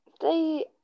they-